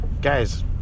Guys